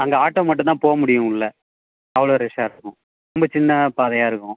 அங்கே ஆட்டோ மட்டும் தான் போக முடியும் உள்ள அவ்வளோ ரஷ்ஷாக இருக்கும் ரொம்ப சின்னப் பாதையாக இருக்கும்